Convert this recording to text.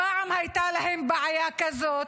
פעם הייתה להם בעיה כזאת,